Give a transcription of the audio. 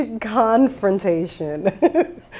confrontation